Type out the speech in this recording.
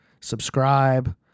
subscribe